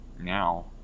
now